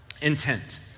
intent